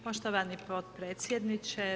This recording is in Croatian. Poštovani potpredsjedniče…